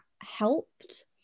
helped